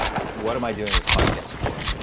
what am i doing this podcast for?